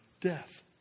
death